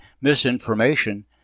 misinformation